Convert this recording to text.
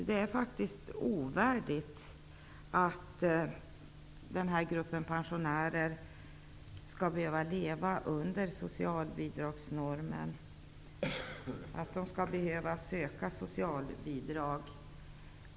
Det är faktiskt ovärdigt att den här gruppen pensionärer skall behöva leva under socialbidragsnormen och behöva ansöka om socialbidrag.